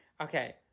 Okay